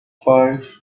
five